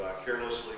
carelessly